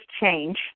change